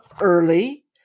early